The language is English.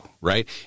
right